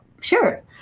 Sure